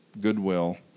Goodwill